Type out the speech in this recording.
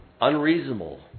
unreasonable